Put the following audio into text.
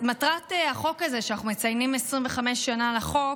אנחנו מציינים 25 שנה לחוק,